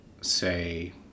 say